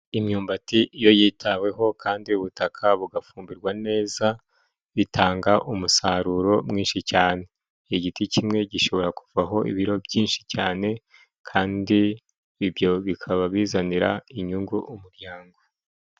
Imyumbati iyo yitaweho kandi ubutaka bugafumbirwa neza, bitanga umusaruro mwinshi cyane. Igiti kimwe gishobora kuvaho ibiro byinshi cyane, kandi ibyo bikaba bizanira inyungu umuryango.